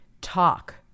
talk